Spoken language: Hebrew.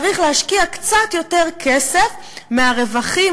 צריך להשקיע קצת יותר כסף מהרווחים,